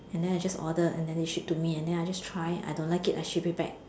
and then I just order and then they ship to me and then I just try I don't like it I ship it back